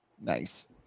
Nice